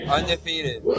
Undefeated